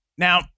Now